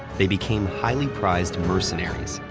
they became highly prized mercenaries,